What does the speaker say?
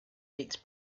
eats